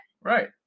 Right